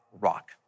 rock